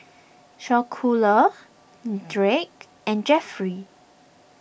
Schuyler Jake and Jeffrey